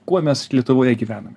kuo mes lietuvoje gyvename